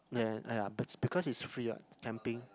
uh !aiya! because it's free what camping